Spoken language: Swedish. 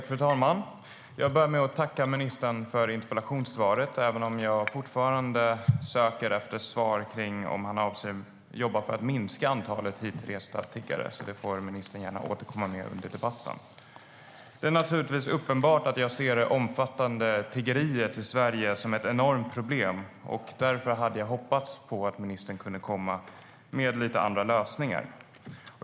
Fru talman! Jag tackar ministern för interpellationssvaret även om jag fortfarande söker efter svar på om han avser att jobba för att minska antalet hitresta tiggare. Det får ministern gärna återkomma till under denna debatt. Det är uppenbart att jag ser det omfattande tiggeriet i Sverige som ett enormt problem. Därför hade jag hoppats att ministern skulle komma med lite andra lösningar.